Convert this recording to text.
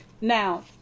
Now